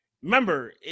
Remember